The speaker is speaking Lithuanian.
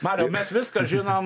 mariau mes viską žinom